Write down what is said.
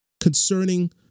concerning